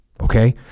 Okay